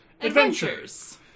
adventures